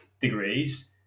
degrees